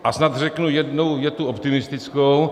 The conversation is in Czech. A snad řeknu jednu větu optimistickou.